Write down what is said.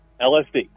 LSD